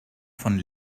von